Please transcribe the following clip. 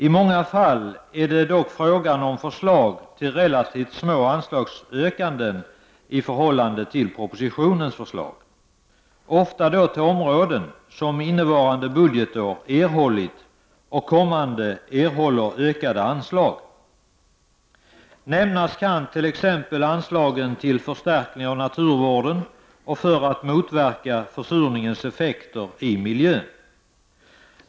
I många fall är det dock fråga om förslag till relativt små anslagsökningar i förhållande till propositionens förslag. Ofta gäller det områden som innevarande budgetår erhållit, och kommande budgetår erhåller, ökade anslag. Nämnas kan t.ex. anslagen till förstärkning av naturvården och för motverkande av försurningens effekter på miljön.